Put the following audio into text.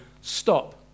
stop